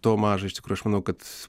to maža iš tikrųjų aš manau kad